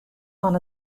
fan